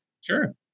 Sure